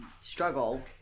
struggle